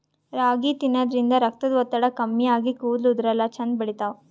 ರಾಗಿ ತಿನ್ನದ್ರಿನ್ದ ರಕ್ತದ್ ಒತ್ತಡ ಕಮ್ಮಿ ಆಗಿ ಕೂದಲ ಉದರಲ್ಲಾ ಛಂದ್ ಬೆಳಿತಾವ್